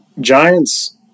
Giants